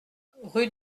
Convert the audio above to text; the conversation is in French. rue